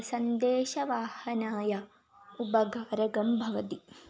सन्देशवाहनाय उपकारकं भवति